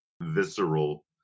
visceral